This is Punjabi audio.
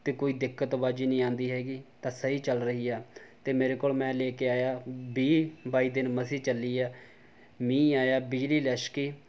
ਅਤੇ ਕੋਈ ਦਿੱਕਤ ਬਾਜ਼ੀ ਨਹੀਂ ਆਉਂਦੀ ਹੈਗੀ ਤਾਂ ਸਹੀ ਚੱਲ ਰਹੀ ਹਾਂ ਅਤੇ ਮੇਰੇ ਕੋਲ ਮੈਂ ਲੈ ਕੇ ਆਇਆ ਵੀਹ ਬਾਈ ਦਿਨ ਮਸੀਂ ਚੱਲੀ ਹੈ ਮੀਂਹ ਆਇਆ ਬਿਜਲੀ ਲਸ਼ਕੀ